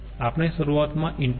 આપણે શરૂઆતમાં ઈનપુટ તરીકે 107